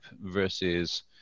versus